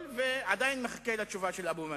והוא עדיין מחכה לתשובה של אבו מאזן.